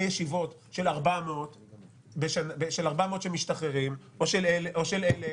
ישיבות של 400 שמשתחררים או של 1,000,